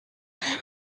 her